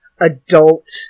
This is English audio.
adult